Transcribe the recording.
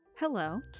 Hello